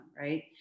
right